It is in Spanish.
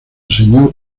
enseñó